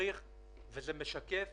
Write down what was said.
אני מצטרף לשבחים